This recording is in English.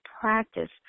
practice